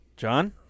John